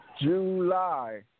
July